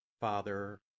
Father